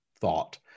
thought